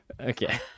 Okay